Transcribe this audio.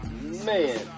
Man